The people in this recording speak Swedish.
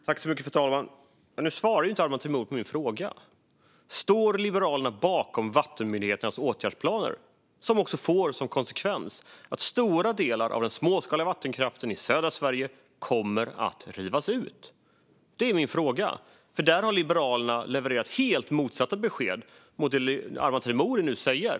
Fru talman! Nu svarade inte Arman Teimouri på min fråga. Står Liberalerna bakom vattenmyndigheternas åtgärdsplaner, som också får som konsekvens att stora delar av den småskaliga vattenkraften i södra Sverige kommer att rivas ut? Det är min fråga, för där har Liberalerna levererat helt motsatta besked till det som Arman Teimouri nu säger.